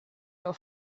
your